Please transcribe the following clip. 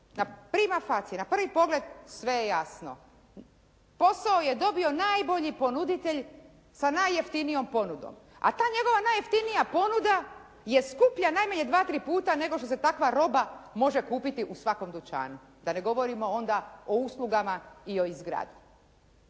na «prima facia», na prvi pogled sve je jasno. Posao je dobio najbolji ponuditelj sa najjeftinijom ponudom, a ta njegova najjeftinija ponuda je skuplja najmanje dva, tri puta nego što se takva roba može kupiti u svakom dućanu. Da ne govorimo onda o uslugama i o izgradnji.